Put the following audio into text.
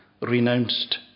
renounced